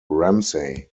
ramsey